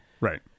Right